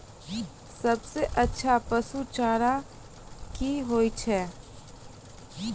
सबसे अच्छा पसु चारा की होय छै?